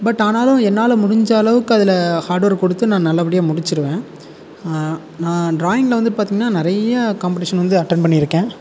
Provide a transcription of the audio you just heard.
but ஆனாலும் என்னால் முடிஞ்சளவுக்கு அதில் ஹார்ட் ஒர்க் கொடுத்து நான் நல்லபடியாக முடிச்சிடுவேன் நான் டிராயிங்கில் வந்து பார்த்திங்கன்னா நிறைய காம்படீஷன் வந்து அட்டன் பண்ணியிருக்கேன்